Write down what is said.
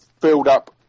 build-up